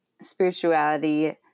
spirituality